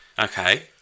Okay